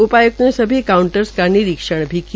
उपाय्कृत ने सभी कांउटर की निरीक्षण भी किया